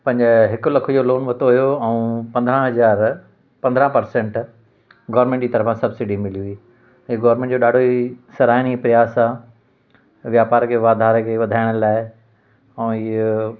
पंज हिकु लखु जो लोन वतो हुओ ऐं पंद्रहं हज़ार पंद्रहं परसेंट गॉरमेंट जी तरफ़ा सब्सिडी मिली हुई इहे गॉरमेंट जो ॾाढो ई सराहिणी प्यार सां वापार खे वाधारे खे वधाइण लाइ ऐं इहो